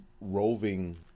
roving